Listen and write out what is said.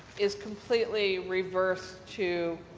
is completely reversed to